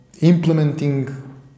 implementing